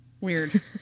Weird